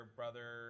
brother